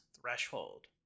threshold